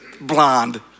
blonde